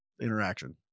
Interaction